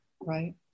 right